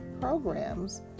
programs